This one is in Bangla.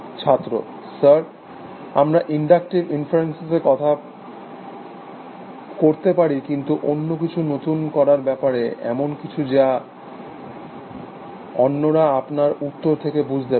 ছাত্র স্যর আমরা ইনডাক্টিভ ইনফারেন্স করতে পারি কিন্তু অন্য কিছু নতুন করার ব্যাপারে এমনকিছু যা অন্যরা আপনার উত্তর থেকে বুঝতে পারে